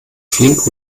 flink